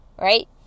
Right